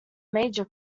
major